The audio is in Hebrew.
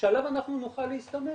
שעליו נוכל להסתמך.